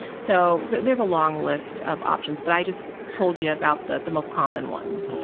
so there's a long list of options, but i just told you about the the most common ones. okay.